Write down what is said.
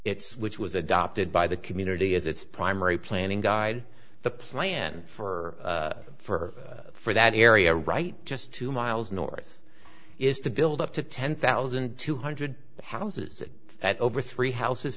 it's which was adopted by the community as its primary planning guide the plan for for for that area right just two miles north is to build up to ten thousand two hundred houses at over three houses